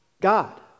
God